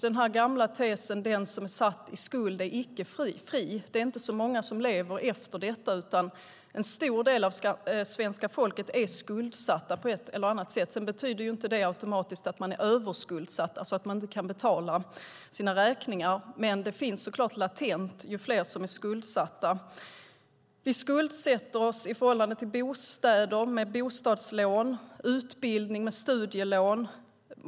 Den gamla tesen om att den som är satt i skuld är icke fri är det inte så många som lever efter, utan en stor del av svenska folket är skuldsatt på ett eller annat sätt, även om det inte automatiskt betyder att man är överskuldsatt och inte kan betala sina räkningar. Men detta finns såklart latent ju fler som är skuldsatta. Vi skuldsätter oss i förhållande till bostäder med bostadslån och utbildning med studielån.